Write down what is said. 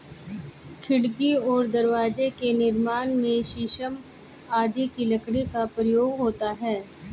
खिड़की और दरवाजे के निर्माण में शीशम आदि की लकड़ी का प्रयोग होता है